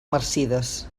marcides